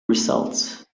results